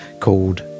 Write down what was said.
called